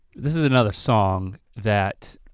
this is another song that,